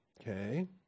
Okay